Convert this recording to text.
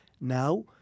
now